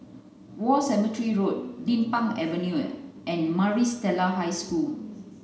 War Cemetery Road Din Pang Avenue and Maris Stella High School